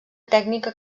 tècnica